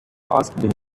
asked